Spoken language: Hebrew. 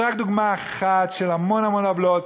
וזה רק דוגמה אחת של המון עוולות.